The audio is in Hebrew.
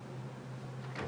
אני